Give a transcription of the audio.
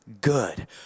good